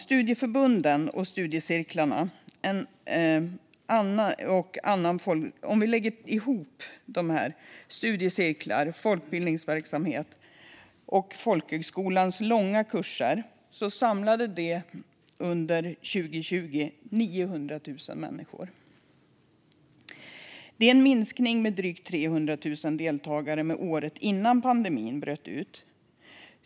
Lägger vi ihop studieförbundens studiecirklar, annan folkbildningsverksamhet och folkhögskolans långa kurser ser vi att de samlade 900 000 människor under 2020. Det är en minskning med drygt 300 000 deltagare jämfört med året innan pandemin bröt ut.